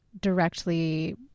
directly